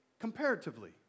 comparatively